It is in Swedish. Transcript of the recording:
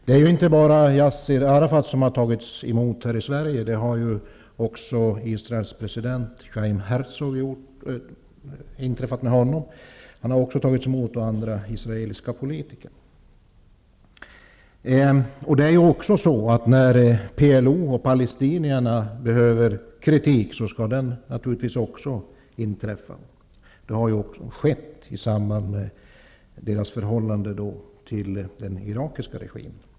Det är inte bara Yasser Arafat som har tagits emot här i Sverige, utan också När PLO och palestinierna behöver kritik skall den naturligtvis ges. Det har också skett i samband med deras förhållande till den irakiska regimen.